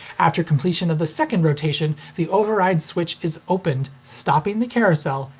after completion of the second rotation, the override switch is opened, stopping the carousel,